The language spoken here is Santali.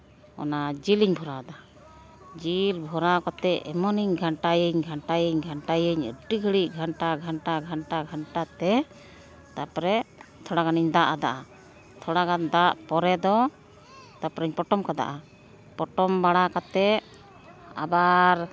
ᱚᱱᱟ ᱡᱤᱞ ᱤᱧ ᱵᱷᱚᱨᱟᱣᱫᱟ ᱚᱱᱟ ᱡᱤᱞ ᱵᱷᱚᱨᱟᱣ ᱠᱟᱛᱮ ᱮᱢᱚᱱᱤᱧ ᱜᱷᱟᱱᱴᱟᱭᱟᱹᱧ ᱜᱷᱟᱱᱴᱟᱭᱟᱹᱧ ᱜᱷᱟᱱᱴᱟᱭᱟᱹᱧ ᱟᱹᱰᱤ ᱜᱷᱟᱹᱲᱤᱡ ᱜᱷᱟᱱᱴᱟ ᱜᱷᱟᱱᱴᱟ ᱜᱷᱟᱱᱴᱟᱛᱮ ᱛᱟᱨᱯᱚᱨᱮ ᱛᱷᱚᱲᱟ ᱜᱟᱱᱤᱧ ᱫᱟᱜ ᱟᱫᱟ ᱛᱷᱚᱲᱟᱜᱟᱱ ᱫᱟᱜ ᱯᱚᱨᱮ ᱫᱚ ᱛᱟᱨᱯᱚᱨᱮᱧ ᱯᱚᱴᱚᱢ ᱠᱟᱫᱟ ᱯᱚᱴᱚᱢ ᱵᱟᱲᱟ ᱠᱟᱛᱮ ᱟᱵᱟᱨ